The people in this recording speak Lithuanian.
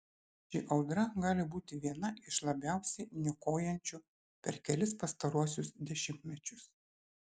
ši audra gali būti viena iš labiausiai niokojančių per kelis pastaruosius dešimtmečius